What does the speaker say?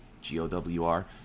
g-o-w-r